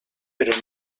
però